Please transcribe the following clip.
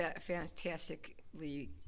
fantastically